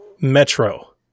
Metro